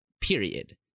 Period